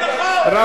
לא,